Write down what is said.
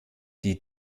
die